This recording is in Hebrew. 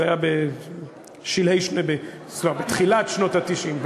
זה היה בתחילת שנות ה-90.